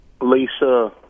Lisa